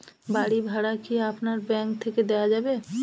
বাড়ী ভাড়া কি আপনার ব্যাঙ্ক থেকে দেওয়া যাবে?